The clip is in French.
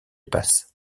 passe